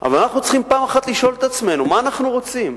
אבל אנחנו צריכים פעם אחת לשאול את עצמנו מה אנחנו רוצים.